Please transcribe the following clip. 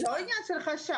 זה לא עניין של חשש.